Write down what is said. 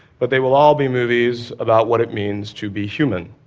but they will all be movies about what it means to be human.